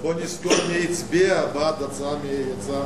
ובוא נזכור מי הצביע בעד ההצעה.